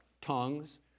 tongues